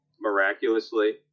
miraculously